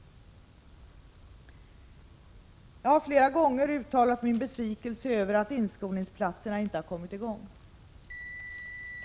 Jag har flera gånger uttalat min besvikelse över att inskolningsplatserna inte kommit i gång.